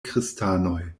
kristanoj